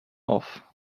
off